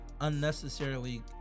unnecessarily